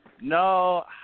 No